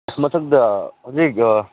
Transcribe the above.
ꯃꯊꯛꯇ ꯍꯧꯖꯤꯛ